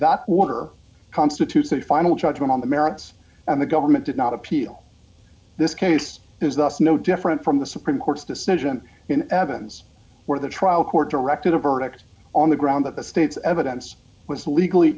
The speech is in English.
that water constitutes a final judgment on the merits and the government did not appeal this case is thus no different from the supreme court's decision in evans where the trial court directed a verdict on the ground that the state's evidence was legally